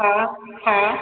हा हा